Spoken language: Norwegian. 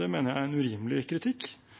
Det mener jeg er en urimelig kritikk.